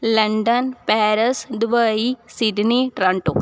London Paris Dubai Sydney Toronto